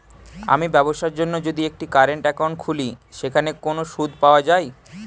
আমি ব্যবসার জন্য যদি একটি কারেন্ট একাউন্ট খুলি সেখানে কোনো সুদ পাওয়া যায়?